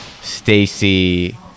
Stacy